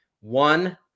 One